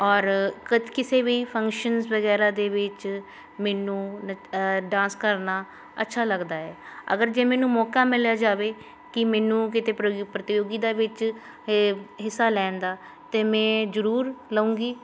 ਔਰ ਕਿਸੇ ਵੀ ਫੰਕਸ਼ਨਸ ਵਗੈਰਾ ਦੇ ਵਿੱਚ ਮੈਨੂੰ ਨ ਡਾਂਸ ਕਰਨਾ ਅੱਛਾ ਲੱਗਦਾ ਹੈ ਅਗਰ ਜੇ ਮੈਨੂੰ ਮੌਕਾ ਮਿਲਿਆ ਜਾਵੇ ਕਿ ਮੈਨੂੰ ਕਿਤੇ ਪਯੋ ਪ੍ਰਤੀਯੋਗਤਾ ਵਿੱਚ ਹੇ ਹਿੱਸਾ ਲੈਣ ਦਾ ਤਾਂ ਮੈਂ ਜ਼ਰੂਰ ਲਉਂਗੀ